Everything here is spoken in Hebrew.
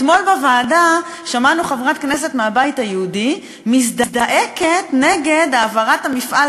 אתמול בוועדה שמענו חברת כנסת מהבית היהודי מזדעקת נגד העברת המפעל,